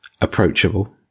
approachable